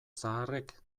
zaharrek